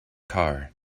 car